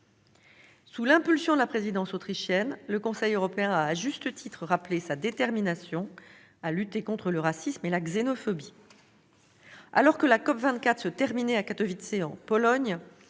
Sous l'impulsion de la présidence autrichienne, le Conseil a rappelé à juste titre sa détermination à lutter contre le racisme et la xénophobie. Alors que la COP24 se terminait à Katowice en Pologne,